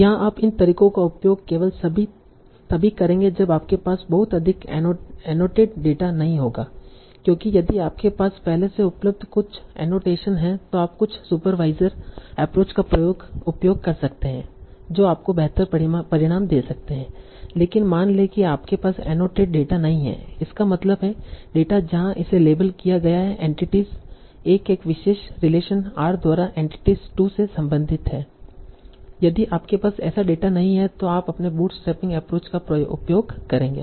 यहां आप इन तरीकों का उपयोग केवल तभी करेंगे जब आपके पास बहुत अधिक एनोटेट डेटा नहीं होगा क्योंकि यदि आपके पास पहले से उपलब्ध कुछ एनोटेशन हैं तो आप कुछ सुपरवाइजर एप्रोच का उपयोग कर सकते हैं जो आपको बेहतर परिणाम दे सकते हैं लेकिन मान लें कि आपके पास एनोटेट डेटा नहीं है इसका मतलब है डेटा जहां इसे लेबल किया गया है एंटिटी 1 एक विशेष रिलेशन R द्वारा एंटिटी 2 से संबंधित है यदि आपके पास ऐसा डेटा नहीं है तो आप अपने बूटस्ट्रैपिंग एप्रोच का उपयोग करेंगे